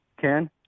ken